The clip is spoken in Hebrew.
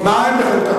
מהם בחלקם?